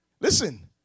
Listen